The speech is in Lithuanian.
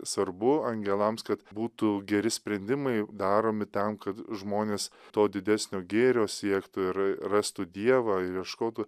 svarbu angelams kad būtų geri sprendimai daromi tam kad žmonės to didesnio gėrio siektų ir rastų dievą ieškotų